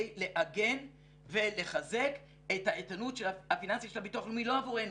להגן ולחזק את האיתנות הפיננסית של הביטוח הלאומי לא עבורנו,